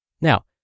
Now